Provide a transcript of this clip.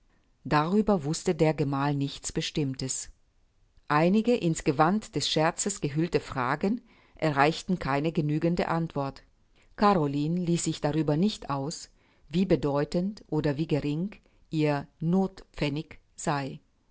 darüber wußte der gemal nichts bestimmtes einige in's gewand des scherzes gehüllte fragen erreichten keine genügende antwort caroline ließ sich darüber nicht aus wie bedeutend oder wie gering ihr nothpfennig sei